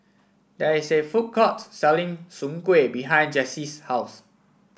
there is a food court selling Soon Kuih behind Jessy's house